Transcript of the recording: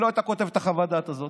היא לא הייתה כותבת את חוות הדעת הזאת,